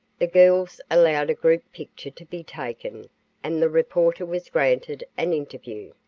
the girls allowed a group picture to be taken and the reporter was granted an interview.